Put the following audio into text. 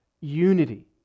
unity